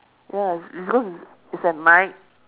ya it's cause it's at night